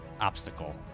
obstacle